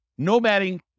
nomading